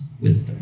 wisdom